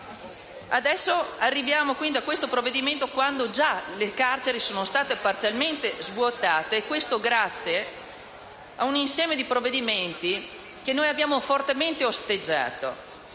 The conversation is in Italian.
Arriviamo a questo disegno di legge quando già le carceri sono state parzialmente svuotate, e questo grazie ad un insieme di provvedimenti che noi abbiamo fortemente osteggiato;